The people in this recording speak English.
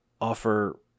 offer